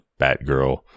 Batgirl